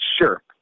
Sure